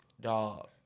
dog